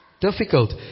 Difficult